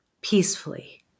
peacefully